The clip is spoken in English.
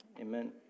Amen